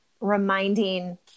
reminding